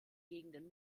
gegenden